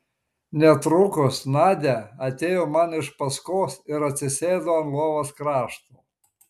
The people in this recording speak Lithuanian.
netrukus nadia atėjo man iš paskos ir atsisėdo ant lovos krašto